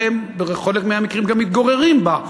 ובחלק מהמקרים הם גם מתגוררים בה.